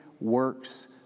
works